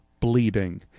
bleeding